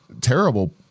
terrible